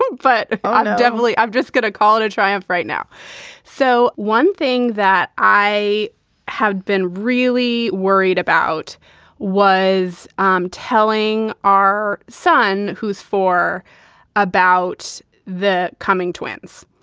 but definitely, i've just got to call it a triumph right now so one thing that i had been really worried about was um telling our son, who's for about the coming twins.